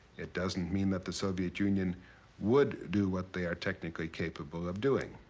it doesn't mean that the soviet union would do what they are technically capable of doing.